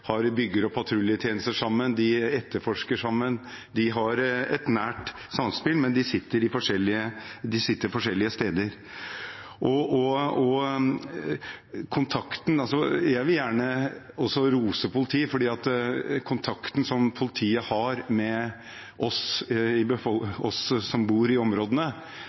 etterforsker sammen, de har et nært samspill, men de sitter forskjellige steder. Jeg vil gjerne rose politiet for kontakten som politiet har med oss som bor i områdene – den er god. Stasjonssjefen på Stovner legger stor vekt på å stille opp i